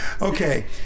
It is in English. Okay